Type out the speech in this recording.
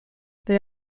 they